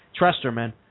Tresterman